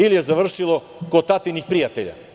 Ili je završilo kod tatinih prijatelja?